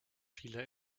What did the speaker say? viele